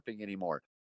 anymore